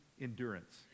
endurance